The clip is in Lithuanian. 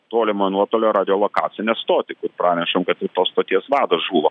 tolimojo nuotolio radiolokacinę stotį pranešam kad ir tos stoties vadas žuvo